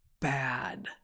bad